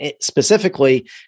specifically